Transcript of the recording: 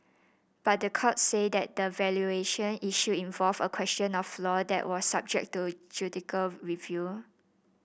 but the court said that the valuation issue involved a question of law that was subject to judicial review